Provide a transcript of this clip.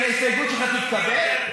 שההסתייגות שלך תתקבל?